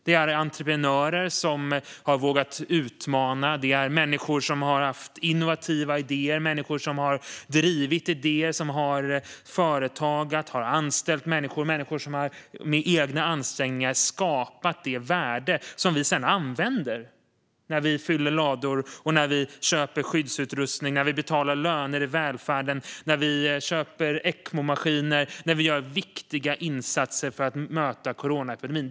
Det är fråga om entreprenörer som har vågat utmana, människor som har haft innovativa idéer, människor som har drivit idéer, företagat och anställt människor, människor som med egna ansträngningar har skapat det värde som vi sedan använder när vi fyller lador och när vi köper skyddsutrustning, betalar löner i välfärden, köper ECMO-maskiner och gör viktiga insatser för att möta coronaepidemin.